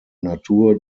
natur